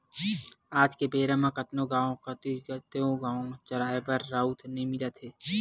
आज के बेरा म कतको गाँव कोती तोउगाय चराए बर राउत नइ मिलत हे